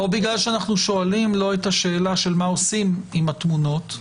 בגלל שאנחנו לא שואלים את השאלה מה עושים עם התמונות,